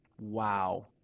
Wow